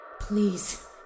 Please